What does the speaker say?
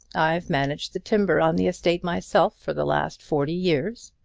i've managed the timber on the estate myself for the last forty years.